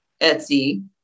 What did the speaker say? Etsy